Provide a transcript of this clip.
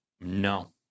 No